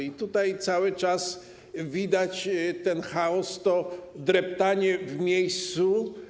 I tutaj cały czas widać ten chaos, to dreptanie w miejscu.